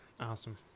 Awesome